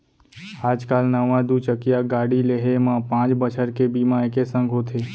आज काल नवा दू चकिया गाड़ी लेहे म पॉंच बछर के बीमा एके संग होथे